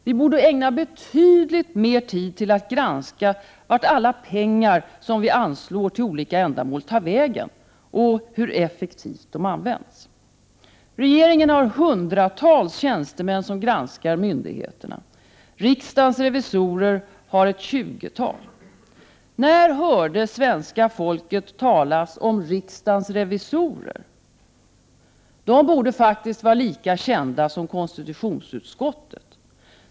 Vi borde ägna betydligt mer tid till att granska vart alla pengar som vi anslår till olika ändamål tar vägen och hur effektivt de används. Regeringen har hundratals tjänstemän som granskar myndigheterna. Riksdagens revisorer har ett tjugotal. När hörde svenska folket talas om riksdagens revisorer? De borde vara lika kända som konstitutionsutskottet.